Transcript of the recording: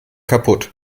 kapput